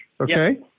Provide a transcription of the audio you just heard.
Okay